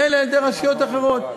אלא על-ידי רשויות אחרות.